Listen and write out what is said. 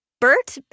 Bert